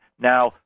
Now